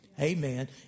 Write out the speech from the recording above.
Amen